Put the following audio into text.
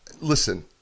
Listen